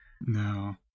No